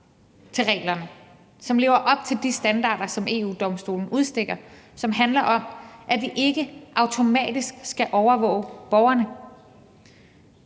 til reglerne, som lever op til de standarder, som EU-Domstolen udstikker, og som handler om, at vi ikke automatisk skal overvåge borgerne.